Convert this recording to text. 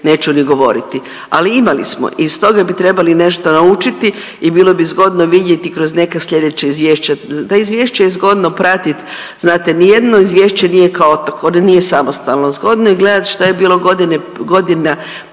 neću ni govoriti. Ali imali smo i stoga bi trebali nešto naučiti i bilo bi zgodno vidjeti kroz neka sljedeća izvješća. Ta izvješća je zgodno pratiti. Znate ni jedno izvješće nije kao otok, ono nije samostalno. Zgodno je gledati što je bilo godina